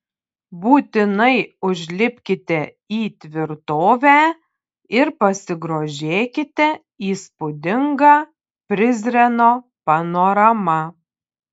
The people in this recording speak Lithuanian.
būtinai užlipkite į tvirtovę ir pasigrožėkite įspūdinga prizreno panorama